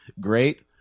great